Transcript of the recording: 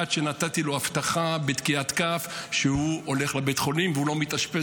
עד שנתתי לו הבטחה בתקיעת כף שהוא הולך לבית החולים והוא לא מתאשפז,